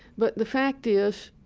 but the fact is,